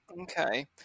Okay